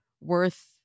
worth